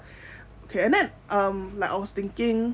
okay and then uh I was thinking